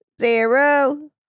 zero